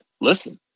listen